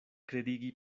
kredigi